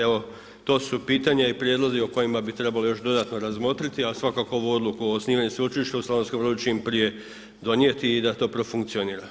Evo, to su pitanja i prijedlozi o kojima bi trebalo još dodatno razmotriti, ali svakako ovu odluku o osnivanju sveučilišta u Slavonskom Brodu, čim prije donijeti i da to funkcionira.